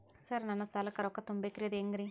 Sir ನನ್ನ ಸಾಲಕ್ಕ ರೊಕ್ಕ ತುಂಬೇಕ್ರಿ ಅದು ಹೆಂಗ್ರಿ?